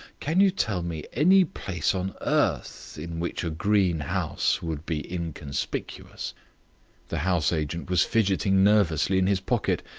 can you tell me any place on earth in which a green house would be inconspicuous? the house-agent was fidgeting nervously in his pocket.